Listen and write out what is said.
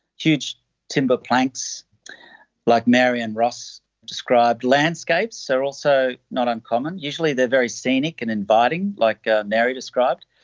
huge timber planks like mary and ross described. landscapes are also not uncommon. usually they are very scenic and inviting like ah mary described.